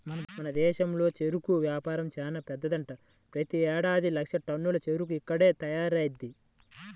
మన దేశంలో చెరుకు వ్యాపారం చానా పెద్దదంట, ప్రతేడాది లక్షల టన్నుల చెరుకు ఇక్కడ్నే తయారయ్యిద్ది